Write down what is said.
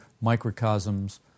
microcosms